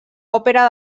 òpera